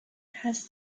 has